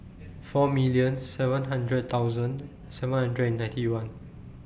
four million seven hundred thousand seven hundred and ninety one